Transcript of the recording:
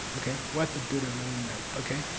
okay? what the buddha really meant? okay?